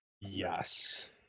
Yes